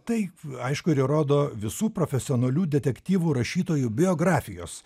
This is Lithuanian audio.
tai aišku ir įrodo visų profesionalių detektyvų rašytojų biografijos